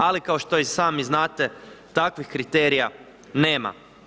Ali kao što i sami znate, takvih kriterija nema.